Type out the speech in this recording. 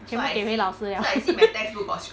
全部给回老师了